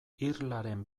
irlaren